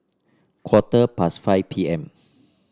quarter past five P M